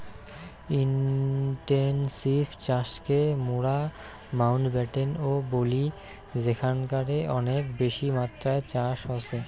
intensive চাষকে মোরা Mountbatten ও বলি যেখানকারে অনেক বেশি মাত্রায় চাষ হসে